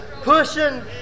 Pushing